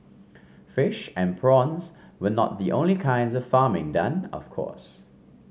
fish and prawns were not the only kinds of farming done of course